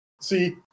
See